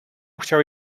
chciał